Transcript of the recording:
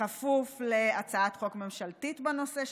בכפוף להצעת חוק ממשלתית בנושא שתשולב,